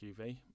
QV